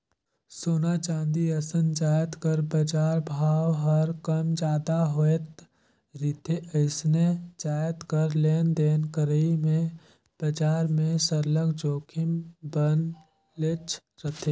सोना, चांदी असन जाएत कर बजार भाव हर कम जादा होत रिथे अइसने जाएत कर लेन देन करई में बजार में सरलग जोखिम बनलेच रहथे